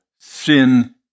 sin